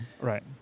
Right